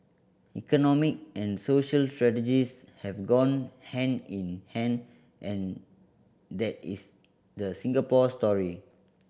economic and social strategies have gone hand in hand and that is the Singapore story